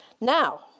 now